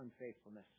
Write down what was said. unfaithfulness